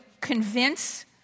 convince